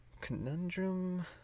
conundrum